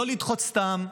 לא לדחות סתם,